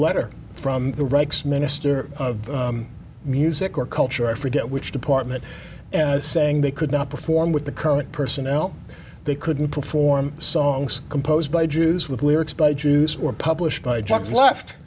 letter from the ranks minister of music or culture i forget which department saying they could not perform with the current personnel they couldn't perform songs composed by jews with lyrics by jews or published by jocks left